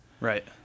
Right